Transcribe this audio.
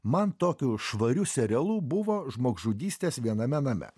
man tokiu švariu serialu buvo žmogžudystės viename name